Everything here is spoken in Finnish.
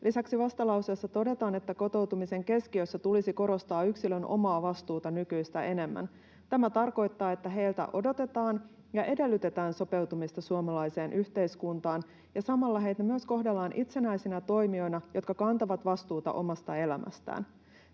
Lisäksi vastalauseessa todetaan, että kotoutumisen keskiössä tulisi korostaa yksilön omaa vastuuta nykyistä enemmän. Tämä tarkoittaa, että heiltä odotetaan ja edellytetään sopeutumista suomalaiseen yhteiskuntaan ja samalla heitä myös kohdellaan itsenäisinä toimijoina, jotka kantavat vastuuta omasta elämästään.